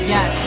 Yes